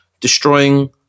Destroying